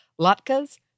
latkes